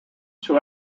two